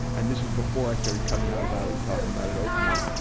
and this was before i started coming out about it and talking about it openly.